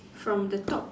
from the top